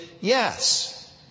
yes